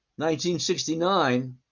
1969